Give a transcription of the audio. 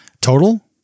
total